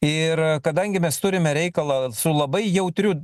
ir kadangi mes turime reikalą su labai jautriu